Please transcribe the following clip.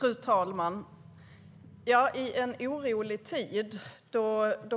Fru talman! I en orolig tid